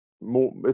more